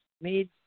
made